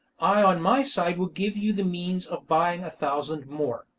i on my side will give you the means of buying a thousand more.